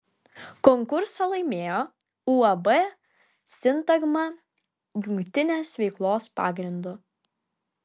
konkursą laimėjo uab sintagma jungtinės veiklos pagrindu